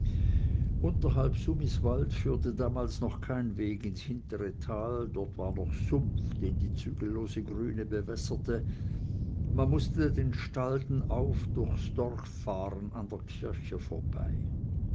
unterhalb sumiswald führte damals noch kein weg ins hintere tal dort war noch sumpf den die zügellose grüne bewässerte man mußte den stalden auf durchs dorf fahren an der kirche vorbei